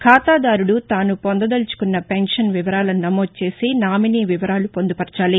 ఖాతాదారుడు తాను పొందదల్చుకున్న పెన్షన్ వివరాలను నమోదుచేసి నామినీ వివరాలు పొందుపర్చాలి